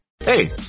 Hey